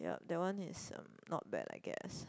ya that one is um not bad I guess